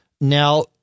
Now